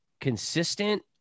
consistent